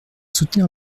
soutenir